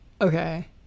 Okay